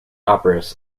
operas